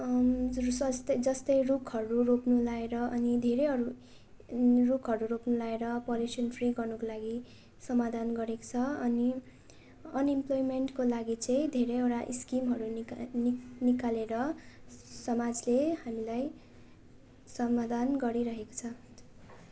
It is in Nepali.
सस्तै जस्तै रुखहरू रोप्नु लगाएर अनि धेरै अरू रुखहरू रोप्न लगाएर पल्युसन फ्री गर्नको लागि समाधान गरेको छ अनि अनइम्प्लयमेन्टको लागि चाहिँ धेरैवटा स्किमहरू निक निकालेर समाजले हामीलाई सामधान गरिरहेको छ